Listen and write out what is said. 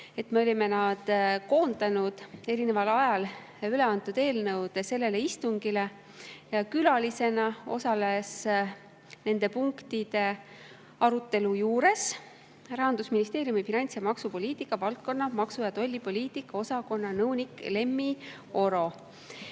Me olime koondanud eri aegadel üle antud eelnõud sellele istungile arutamiseks. Külalisena osales nende punktide arutelu juures Rahandusministeeriumi finants- ja maksupoliitika valdkonna maksu- ja tollipoliitika osakonna nõunik Lemmi Oro.